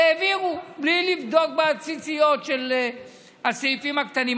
העבירו, בלי לבדוק בציציות של הסעיפים הקטנים.